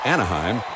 Anaheim